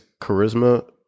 charisma